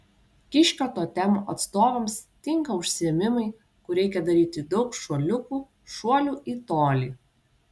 kiškio totemo atstovams tinka užsiėmimai kur reikia daryti daug šuoliukų šuolių į tolį